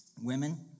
Women